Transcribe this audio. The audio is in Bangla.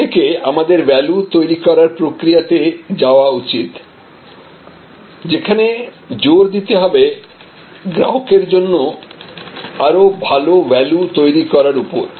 এখান থেকে আমাদের ভ্যালু তৈরি করার প্রক্রিয়াতে যাওয়া উচিতযেখানে জোর দিতে হবে গ্রাহকের জন্য আরো ভালো ভ্যালু তৈরি করার উপর